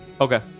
Okay